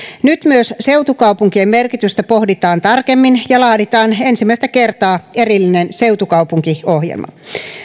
nyt myös seutukaupunkien merkitystä pohditaan tarkemmin ja laaditaan ensimmäistä kertaa erillinen seutukaupunkiohjelma